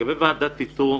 לגבי ועדת האיתור,